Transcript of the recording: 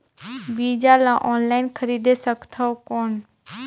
बीजा ला ऑनलाइन खरीदे सकथव कौन?